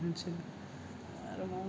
आरो मा